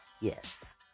Yes